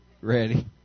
ready